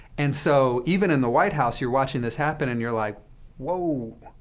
and so, even in the white house, you're watching this happen, and you're like whoa.